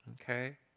Okay